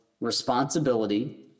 responsibility